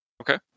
Okay